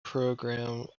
program